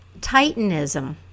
Titanism